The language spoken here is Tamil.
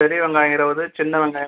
பெரிய வெங்காயம் இருபது சின்ன வெங்காயம்